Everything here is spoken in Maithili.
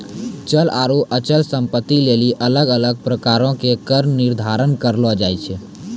चल आरु अचल संपत्ति लेली अलग अलग प्रकारो के कर निर्धारण करलो जाय छै